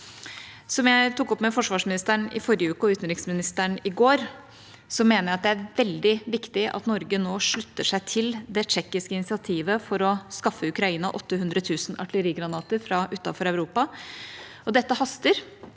Som jeg tok opp med forsvarsministeren i forrige uke, og med utenriksministeren i går, mener jeg det er veldig viktig at Norge nå slutter seg til det tsjekkiske initiativet for å skaffe Ukraina 800 000 artillerigranater fra utenfor Europa. Dette haster.